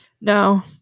No